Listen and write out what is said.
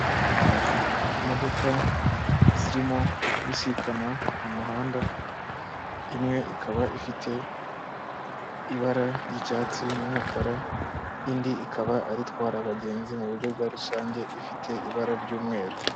Imodoka zirimo kubisikana mu muhanda, imwe ikaba ifite ibara ry'icyatsi n'umukara, indi ikaba ari itwara abagenzi mu buryo bwa rusange ifite ibara ry'umweru.